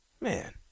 man